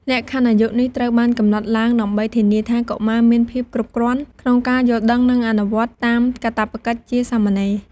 លក្ខខណ្ឌអាយុនេះត្រូវបានកំណត់ឡើងដើម្បីធានាថាកុមារមានភាពគ្រប់គ្រាន់ក្នុងការយល់ដឹង និងអនុវត្តតាមកាតព្វកិច្ចជាសាមណេរ។